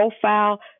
profile